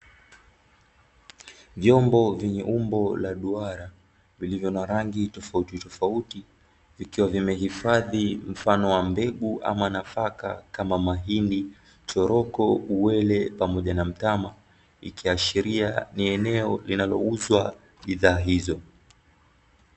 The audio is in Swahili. Vyombo vyenye umbo la duara vilivyo na rangi tofauti tofauti, vikiwa vimehifadhi mfano wa mbegu ama nafaka kama mahindi, choroko, uwele pamoja na mtama ikiashiria ni eneo linalouzwa bidhaa hizo.